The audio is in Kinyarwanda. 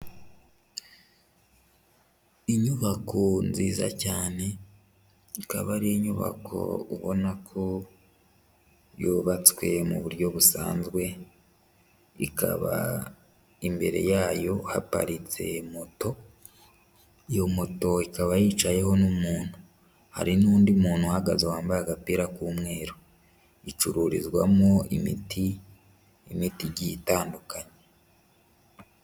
Inyubako nziza cyane, akaba ari inyubako ubona ko yubatswe mu buryo busanzwe, ikaba imbere yayo haparitse moto, iyo moto ikaba yicayeho n'umuntu, hari n'undi muntu uhagaze wambaye agapira k'umweru, icururizwamo imiti, imiti igiye itandukanye.